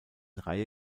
reihe